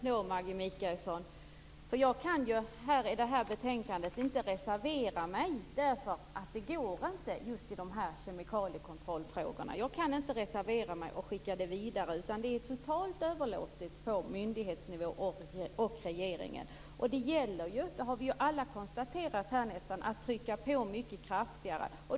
Herr talman! Det är i synen på den frågan som vi skiljer oss åt, Maggi Mikaelsson. Jag kan i detta betänkande inte reservera mig. Det går inte just i dessa kemikaliekontrollfrågor. Jag kan inte reservera mig och skicka ärendet vidare, utan frågorna har helt överlåtits på myndigheter och på regeringen. Det gäller ju, det har vi alla konstaterat här, att trycka på mycket kraftigare.